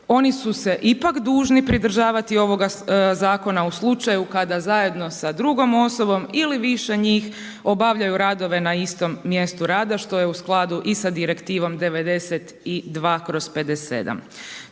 Oni su se ipak dužni pridržavati ovoga zakona u slučaju kada zajedno sa drugom osobom ili više njih obavljaju radove na istom mjestu rada što je u skladu i sa Direktivom 92/57.